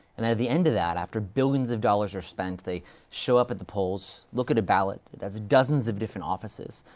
and at the end of that, after billions of dollars are spent, they show up at the polls, look at a ballot it has dozens of different offices.